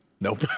Nope